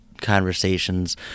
conversations